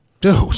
Dude